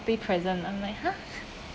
big present I'm like !huh!